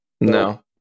No